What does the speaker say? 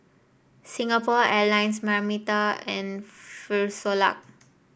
Singapore Airlines Marmite and Frisolac